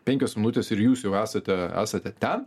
penkios minutės ir jūs jau esate esate ten